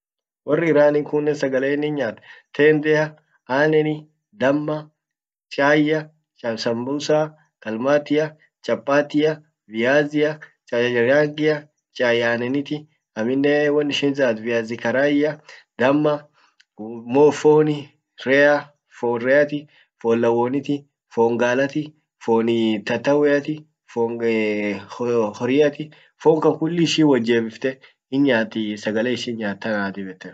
wor Iranin kunnen sagalen innin nyaat tendea, aaneni, damma, chaia, sambusa, qalmaatia, chapatia, viazia, chai chai aaneniti, aminne won ishin viazi karaia, damma, mo fooni, rea, fon reati, foon lawwoniti, fon galati, foon tattaweati, foon horiati, foon kan kulli wot jeebifte hinnyaati sagale ishin nyaat tanaa sagale ishin dib ette nyaat